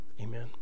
Amen